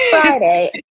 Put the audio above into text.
Friday